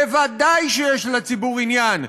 בוודאי שיש לציבור עניין,